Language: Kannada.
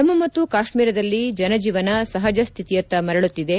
ಜಮ್ಮ ಮತ್ತು ಕಾಶ್ಮೀರದಲ್ಲಿ ಜನಜೀವನ ಸಹಜ ಸ್ಹಿತಿಯತ್ತ ಮರಳುತ್ತಿದೆ